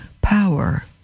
power